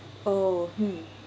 oh hmm